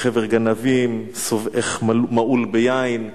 שרייך סוררים וחבר גנבים, שובעך מהול ביין,